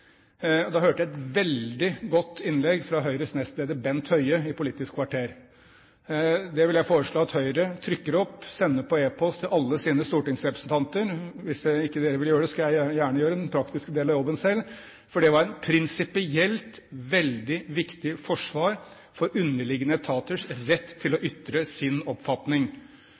Politisk kvarter. Det vil jeg foreslå at Høyre trykker opp og sender på e-post til alle sine stortingsrepresentanter – hvis ikke de vil gjøre det, skal jeg gjerne gjøre den praktiske delen av jobben selv – for det var et prinsipielt veldig viktig forsvar av underliggende etaters rett til å ytre sin oppfatning.